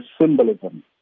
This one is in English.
symbolism